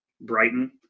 Brighton